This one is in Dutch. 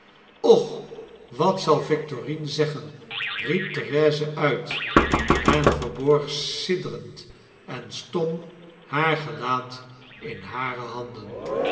och wat zal victorine zeggen f riep therese uit en verborg sidderend en stom haar gelaat in hare handen